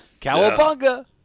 Cowabunga